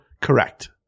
Correct